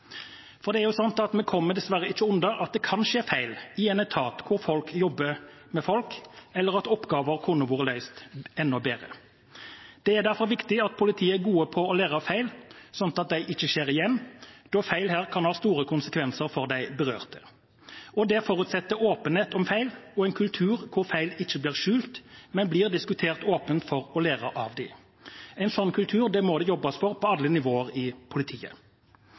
For det er sånn at vi dessverre ikke kommer unna at det kan skje feil i en etat hvor folk jobber med folk, eller hvor oppgaver kunne vært løst enda bedre. Det er derfor viktig at politiet er gode på å lære av feil, sånn at de ikke skjer igjen, da feil her kan ha store konsekvenser for de berørte. Det forutsetter åpenhet om feil og en kultur hvor feil ikke blir skjult, men blir diskutert åpent for å lære av dem. En sånn kultur må det jobbes for på alle nivåer i politiet.